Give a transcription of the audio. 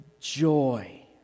Joy